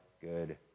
good